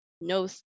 no